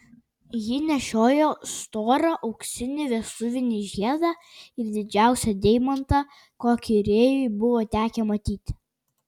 ji nešiojo storą auksinį vestuvinį žiedą ir didžiausią deimantą kokį rėjui buvo tekę matyti